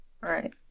Right